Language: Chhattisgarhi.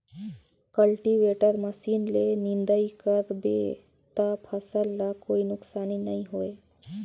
कल्टीवेटर मसीन ले निंदई कर बे त फसल ल कोई नुकसानी नई होये